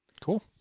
Cool